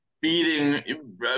beating